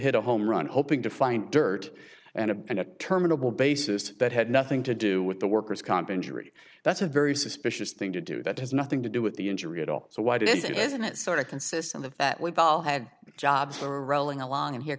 hit a home run hoping to find dirt and a terminable basis that had nothing to do with the workers comp injury that's a very suspicious thing to do that has nothing to do with the injury at all so why does it isn't it sort of consistent of that we've all had jobs for rolling along and here